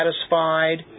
satisfied